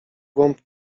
głąb